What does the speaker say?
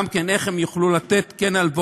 וגם, איך הם כן יוכלו לתת הלוואות